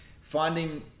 finding